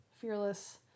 fearless